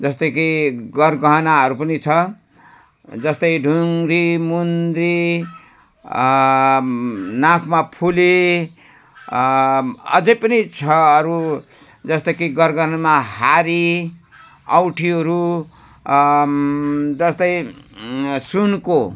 जस्तै कि गरगहनाहरू पनि छ जस्तै ढुङ्ग्री मुन्द्री नाकमा फुली अझै पनि छ अरू जस्तै कि गरगहनामा हारी औँठीहरू जस्तै सुनको